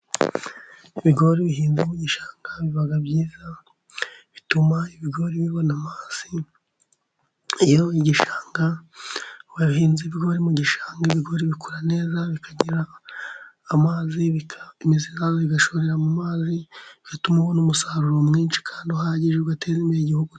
Ibigori bihingwa mu bishanga biba byiza bituma ibigori bibona amazi, iyo igishanga wahinze ibigori mu gishanga ibigori bikura neza bikagira amazi, imizi igashorera mu mazi bituma ubona umusaruro mwinshi kandi uhagije ugateza imbere igihugu.